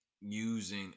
using